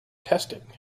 testing